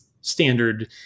standard